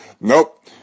Nope